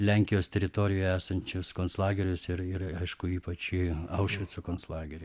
lenkijos teritorijoj esančius konclagerius ir ir aišku ypač į aušvico konclagerį